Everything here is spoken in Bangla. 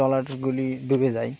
ট্রলারগুলি ডেবে যায়